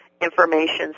information